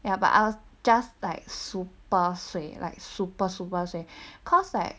ya but I was just like super suay like super super suay cause like